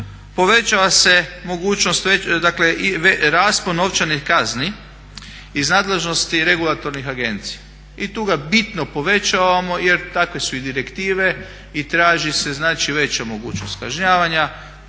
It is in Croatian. povećava se raspon novčanih kazni iz nadležnosti regulatornih agencija i tu ga bitno povećavamo jer takve su i direktive i traži se veća mogućnost kažnjavanja.